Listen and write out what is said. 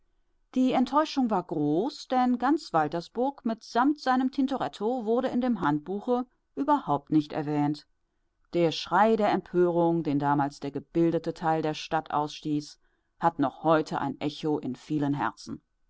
die enttäuschung war groß denn ganz waltersburg mitsamt seinem tintoretto wurde in dem handbuche überhaupt nicht erwähnt der schrei der empörung den damals der gebildete teil der stadt ausstieß hat noch heute ein echo in vielen herzen